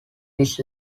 this